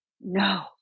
No